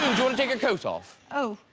julie take your coat off. oh